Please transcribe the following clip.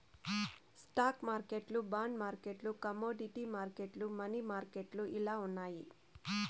stock మార్కెట్లు bond మార్కెట్లు commodity మార్కెట్లు, మనీ మార్కెట్లు ఇలా ఉన్నాయి